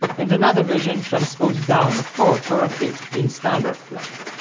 and another version transposed down a fourth or a fifth in standard clefs.